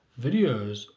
videos